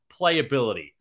playability